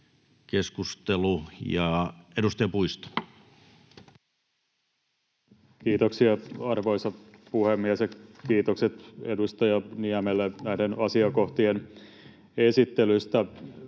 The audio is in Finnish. Keskustelu, edustaja Puisto. Kiitoksia, arvoisa puhemies! Kiitokset edustaja Niemelle näiden asiakohtien esittelystä.